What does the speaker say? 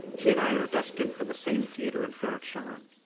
she and i are destined for the same theater in ferrok-shahn.